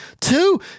two